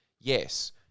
Yes